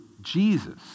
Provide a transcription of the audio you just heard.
Jesus